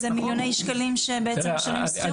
זה מיליוני שקלים שבעצם משלמים שכירות.